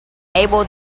able